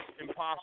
impossible